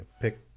pick